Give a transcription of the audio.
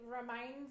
reminds